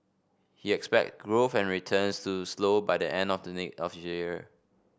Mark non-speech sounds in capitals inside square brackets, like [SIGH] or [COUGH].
he expect growth and returns to slow by the end of the [UNINTELLIGIBLE] of year